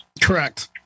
Correct